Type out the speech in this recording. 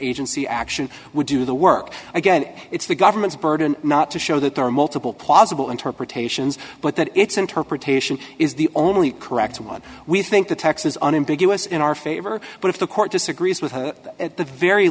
agency action would do the work again it's the government's burden not to show that there are multiple possible interpretations but that its interpretation is the only correct one we think the taxes on in big us in our favor but if the court disagrees with at the very